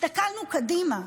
הסתכלנו קדימה,